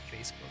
Facebook